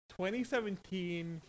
2017